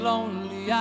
Lonely